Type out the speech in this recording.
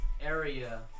area